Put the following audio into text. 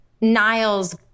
Niles